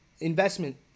investment